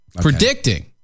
predicting